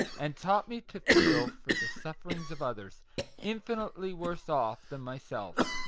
and taught me to feel for the sufferings of others infinitely worse off than myself.